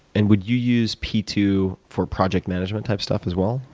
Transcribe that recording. and would you use p two for project management type stuff as well?